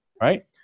right